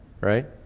right